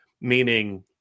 meaning